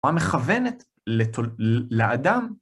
מה מכוונת לאדם?